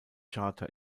charter